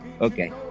Okay